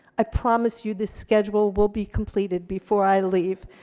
i promise you this schedule will be completed before i leave.